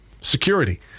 security